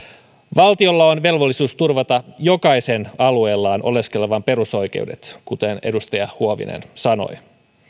valtiolla on velvollisuus turvata jokaisen alueellaan oleskelevan perusoikeudet kuten edustaja huovinen sanoi